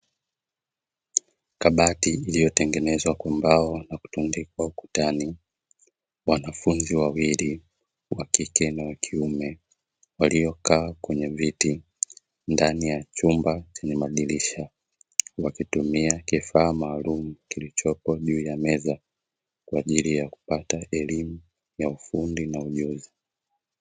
Kabati iliyotengenezwa kwa mbao na kutundikwa ukutani , wanafunzi wawili wa kike na wa kiume waliokaa kwenye viti, ndani ya chumba chenye madirisha wakitumia kifaa maalumu kilichopo juu ya meza kwa ajili ya kupata elimu ya ufundi na ujuzi.